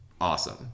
Awesome